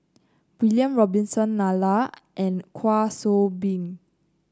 William Robinson Nalla and Kwa Soon Bee